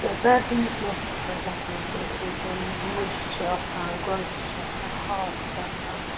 تہٕ سردی ہِنٛدِس موسمَس منٛز چھِ آسان صرف ییٚتہِ مُجہِ چھِ آسان گۄگجہِ چھِ آسان ہاکھ چھُ آسان